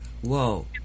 Whoa